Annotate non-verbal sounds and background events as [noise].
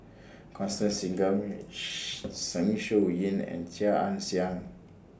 Constance Singam [noise] Zeng Shouyin and Chia Ann Siang